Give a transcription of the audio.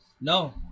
No